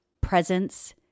presence